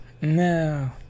No